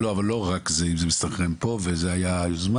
אבל לא רק זה אם זה מסתנכרן פה, וזה היה היוזמה.